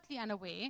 unaware